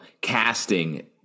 casting